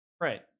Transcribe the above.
right